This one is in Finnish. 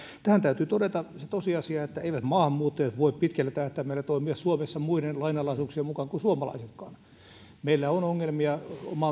tähän täytyy todeta se tosiasia että eivät maahanmuuttajat voi pitkällä tähtäimellä toimia suomessa muiden lainalaisuuksien mukaan kuin suomalaiset meillä on ongelmia